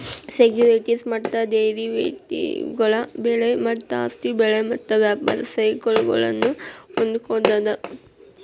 securities ಮತ್ತ ಡೆರಿವೇಟಿವ್ಗಳ ಬೆಲೆ ಮತ್ತ ಆಸ್ತಿ ಬೆಲೆ ಮತ್ತ ವ್ಯಾಪಾರ ಸೈಕಲ್ಗಳನ್ನ ಒಳ್ಗೊಂಡದ